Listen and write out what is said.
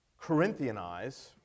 Corinthianize